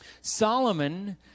Solomon